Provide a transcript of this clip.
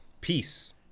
peace